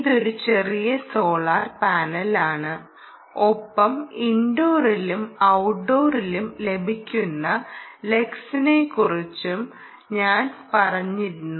ഇതൊരു ചെറിയ സോളാർ പാനലാണ് ഒപ്പം ഇൻഡോറിലും ഔട്ട്ഡോറിലും ലഭിക്കുന്ന ലക്സിനെക്കുറിച്ചും ഞാൻ പറഞ്ഞിരുന്നു